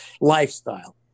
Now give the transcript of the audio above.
lifestyle